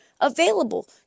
available